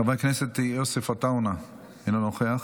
חבר הכנסת יוסף עטאונה, אינו נוכח,